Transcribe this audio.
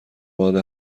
باد